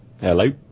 Hello